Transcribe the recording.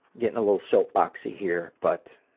getting a little soap-boxy here but